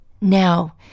Now